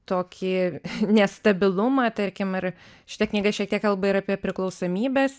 tokį nestabilumą tarkim ar šita knyga šiek tiek kalba ir apie priklausomybes